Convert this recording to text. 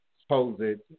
supposed